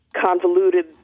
convoluted